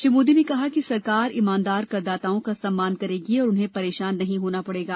श्री मोदी ने कहा कि सरकार ईमानदार करदाताओं का सम्मान करेगी और उन्हें परेशान नहीं होना पड़ेगा